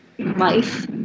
Life